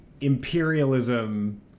imperialism